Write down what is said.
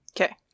Okay